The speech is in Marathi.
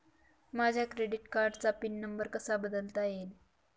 माझ्या क्रेडिट कार्डचा पिन नंबर कसा बदलता येईल?